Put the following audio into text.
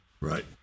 Right